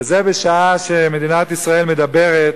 וזה בשעה שמדינת ישראל אומרת